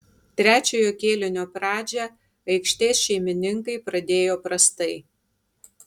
trečiojo kėlinio pradžią aikštės šeimininkai pradėjo prastai